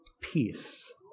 peace